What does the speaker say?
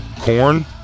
corn